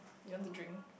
you want to drink